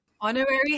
Honorary